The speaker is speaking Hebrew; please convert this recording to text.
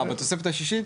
מה, בתוספת השישית?